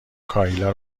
کایلا